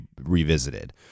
revisited